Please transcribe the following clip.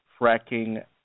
fracking